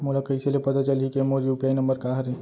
मोला कइसे ले पता चलही के मोर यू.पी.आई नंबर का हरे?